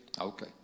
Okay